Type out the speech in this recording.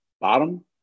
bottom